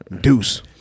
Deuce